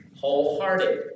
wholehearted